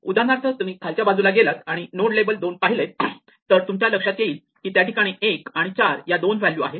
उदाहरणार्थ तुम्ही खालच्या बाजूला गेलात आणि नोड लेबल 2 पाहिले तर तुमच्या लक्षात येईल की त्या ठिकाणी 1 आणि 4 या दोन व्हॅल्यू आहेत